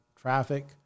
traffic